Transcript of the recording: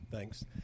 Thanks